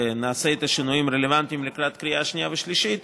ונעשה את השינויים הרלוונטיים לקראת קריאה שנייה ושלישית,